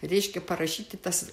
reiškia parašyti tas